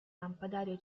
lampadario